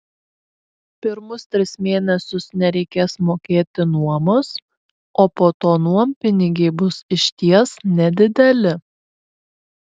pirmus tris mėnesius nereikės mokėti nuomos o po to nuompinigiai bus išties nedideli